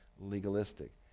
legalistic